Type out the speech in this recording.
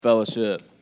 Fellowship